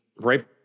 right